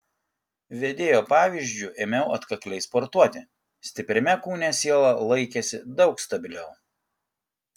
vedėjo pavyzdžiu ėmiau atkakliai sportuoti stipriame kūne siela laikėsi daug stabiliau